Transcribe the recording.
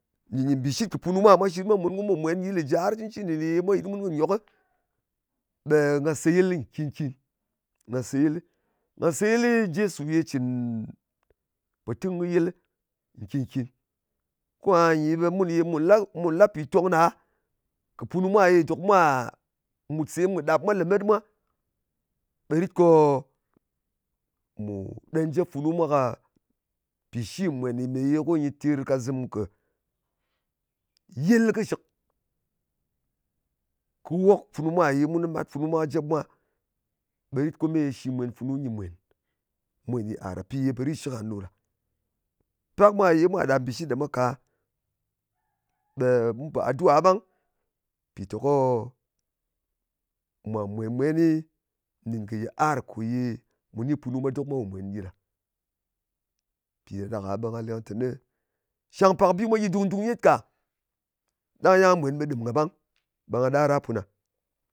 Nɗin kɨ mbìshit kɨ punu mwa, ye mwa shit mwa mùn, ko mu pò mwen gyi lè jɨ har cɨncɨni, ne ye mwa yɨt mun kɨ nyokɨ, ɓe ngà seyɨl nkin-kin. Nga seyilɨ. Nga seyɨl njesu ye cɨn potɨng kɨ yɨlɨ nkìn-kin. Ko ahanyi ne ye mun ye mù la pitong kɨ punu mwa ye sem kɨ ɗap mwa lèmet mwa, ɓe rit ko mù ɗen jet funu nè ye ko nyɨ terkazpim kɨ yɨl kɨshɨk. Ko wok funu mwa, kɨ mat funu mwà ye mwa kɨ jep mwa, ɓe rit ko me shì mwèn funu nyɨ mwèn-mwen ye a ɗa. Pì ye po ritshɨk ngan ɗo ɗa. Pak mwa ye mwa ɗap mbì shit ɗa mwa ka, ɓe mu pò aduwa ɓang, mpìteko mwa mwèn-mweni nɗìn kɨ yiar kò ye mu ni punu mwa dok mwa pò mwen gyɨ ɗa. Mpì ɗa ɗak-a ɓe nshang pak bi mwa gyi dung-dung nyet ka. Ɗang a mwen ɓe ɗɨm kaɓang. Ɓe nga ɗar a puna.